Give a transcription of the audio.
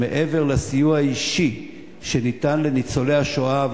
שמעבר לסיוע האישי שניתן לניצולי השואה,